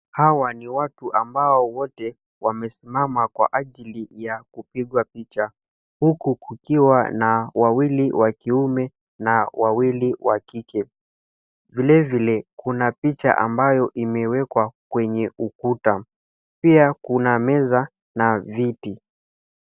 Hawa ni watu ambao wote wamesimama kwa ajili ya kupigwa picha, huku kukiwa na wawili wa kiume na wawili wa kike. Vile vile, kuna picha ambayo imewekwa kwenye ukuta. Pia kuna meza na viti.